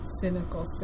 cynical